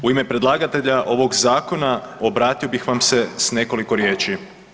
U ime predlagatelja ovog zakona, obratio bih vam se s nekoliko riječi.